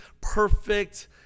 perfect